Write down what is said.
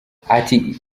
ati